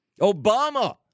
Obama